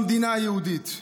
במדינה היהודית?